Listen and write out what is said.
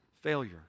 failure